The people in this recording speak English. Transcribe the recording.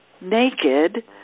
naked